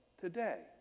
today